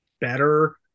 better